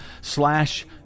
slash